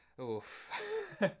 Oof